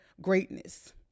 greatness